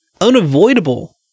Unavoidable